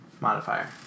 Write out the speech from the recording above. modifier